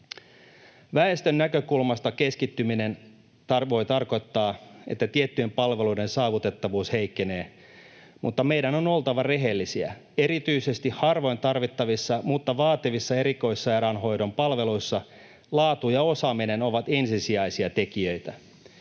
Väestön näkökulmasta keskittyminen voi tarkoittaa, että tiettyjen palveluiden saavutettavuus heikkenee, mutta meidän on oltava rehellisiä. Erityisesti harvoin tarvittavissa mutta vaativissa erikoissairaanhoidon palveluissa laatu ja osaaminen ovat ensisijaisia tekijöitä.